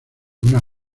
una